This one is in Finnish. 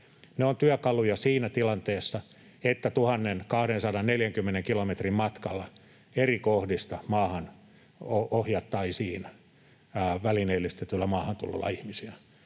Ne ovat työkaluja siinä tilanteessa, että 1 240 kilometrin matkalla eri kohdista maahan ohjattaisiin välineellistetyllä maahantulolla ihmisiä.